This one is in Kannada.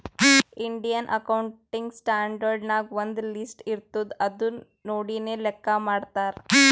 ಇಂಡಿಯನ್ ಅಕೌಂಟಿಂಗ್ ಸ್ಟ್ಯಾಂಡರ್ಡ್ ನಾಗ್ ಒಂದ್ ಲಿಸ್ಟ್ ಇರ್ತುದ್ ಅದು ನೋಡಿನೇ ಲೆಕ್ಕಾ ಮಾಡ್ತಾರ್